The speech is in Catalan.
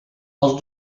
els